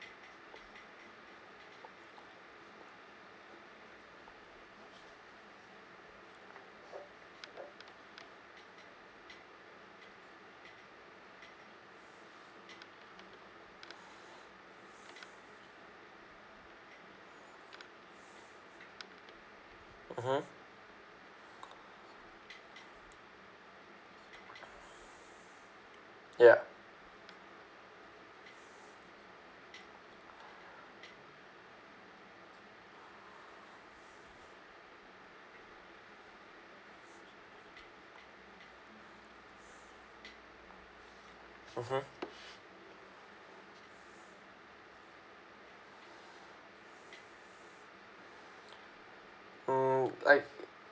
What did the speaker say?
mmhmm ya mmhmm mm like